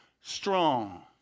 strong